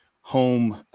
home